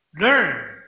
learn